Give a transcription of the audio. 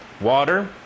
water